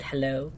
Hello